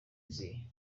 izihe